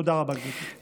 תודה רבה, גברתי.